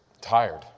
Tired